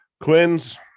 quinn's